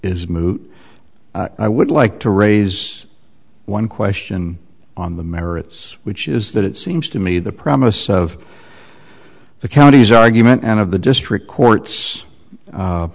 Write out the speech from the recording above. moot i would like to raise one question on the merits which is that it seems to me the promise of the county's argument and of the district court's